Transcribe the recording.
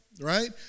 right